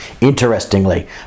Interestingly